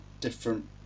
different